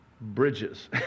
bridges